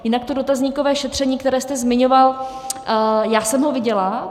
Jinak to dotazníkové šetření, které jste zmiňoval, já jsem ho viděla.